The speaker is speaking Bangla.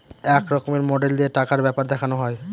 এক রকমের মডেল দিয়ে টাকার ব্যাপার দেখানো হয়